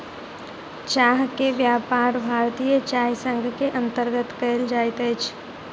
चाह के व्यापार भारतीय चाय संग के अंतर्गत कयल जाइत अछि